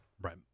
right